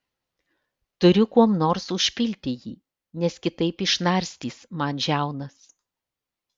turiu kuom nors užpilti jį nes kitaip išnarstys man žiaunas